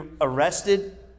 arrested